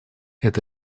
эта